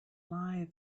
lie